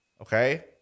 Okay